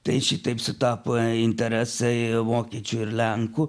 tai šitaip sutapo interesai vokiečių ir lenkų